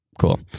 Cool